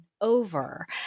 over